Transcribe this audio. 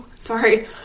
sorry